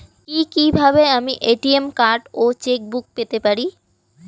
কি কিভাবে আমি এ.টি.এম কার্ড ও চেক বুক পেতে পারি?